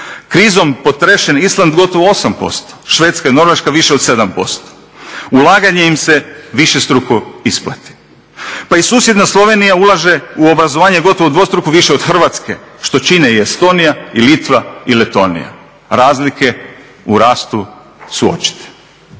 Krizom potrešeni Island gotovo 8%, Švedska i Norveška više od 7%. Ulaganje im se višestruko isplati. Pa i susjedna Slovenija ulaže u obrazovanje gotovo dvostruko više od Hrvatske što čine i Estonija i Litva i Letonija. Razlike u rastu su očite.